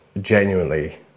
genuinely